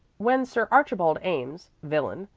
when sir archibald ames, villain,